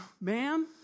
ma'am